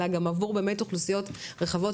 אלא גם בעבור באמת אוכלוסיות רחבות